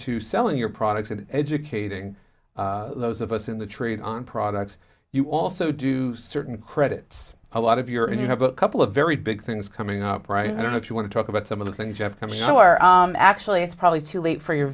to selling your products and educating those of us in the trade on products you also do certain credits a lot of your and you have a couple of very big things coming up right i don't know if you want to talk about some of the things you have come so far actually it's probably too late for your